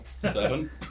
Seven